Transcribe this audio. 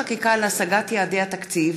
חקיקה להשגת יעדי התקציב)